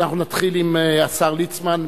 אנחנו נתחיל עם השר ליצמן.